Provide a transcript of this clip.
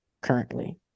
currently